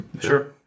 Sure